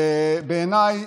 בעיניי,